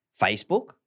Facebook